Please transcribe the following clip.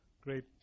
great